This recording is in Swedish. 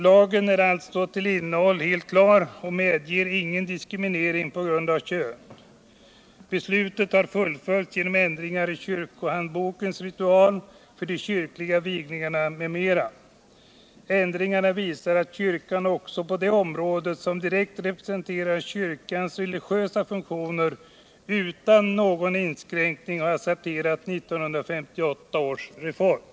Lagen är alltså till sitt innehåll helt klar och medger ingen diskriminering på grund av kön. Beslutet har fullföljts genom ändringar i kyrkohandbokens ritual för de kyrkliga vigningarna m.m. Ändringarna visar att kyrkan också på det område som direkt representerar kyrkans religiösa funktioner utan någon inskränkning har accepterat 1958 års reform.